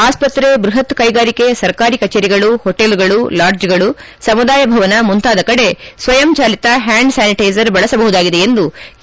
ಆಸ್ತತ್ರೆ ಬ್ಬಪತ್ ಕೈಗಾರಿಕೆ ಸರ್ಕಾರಿ ಕಚೇರಿಗಳು ಹೊಟೇಲುಗಳು ಲಾಡ್ಗೆಗಳು ಸಮುದಾಯ ಭವನ ಮುಂತಾದ ಕಡೆ ಸ್ತಯಂ ಚಾಲಿತ ಹ್ನಾಂಡ್ ಸ್ನಾನಿಟೀಜರ್ ಬಳಸಬಹುದಾಗಿದೆ ಎಂದು ಕೆ